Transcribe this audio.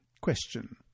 Question